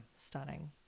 Stunning